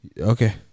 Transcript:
okay